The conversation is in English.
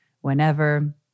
whenever